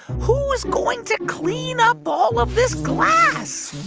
who is going to clean up all of this glass?